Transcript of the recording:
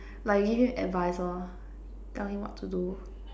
like give him advice lor tell him what to do